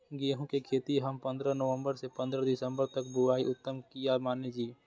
गेहूं के खेती हम पंद्रह नवम्बर से पंद्रह दिसम्बर तक बुआई उत्तम किया माने जी?